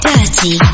Dirty